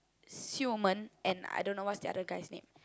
Xi Men and I don't know what's the other guy's name